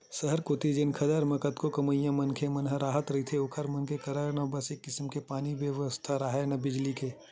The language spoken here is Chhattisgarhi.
सहर कोती जेन खदर म कतको कमइया मनखे मन ह राहत रहिथे ओखर मन करा न बने किसम के पानी के बेवस्था राहय, न बिजली के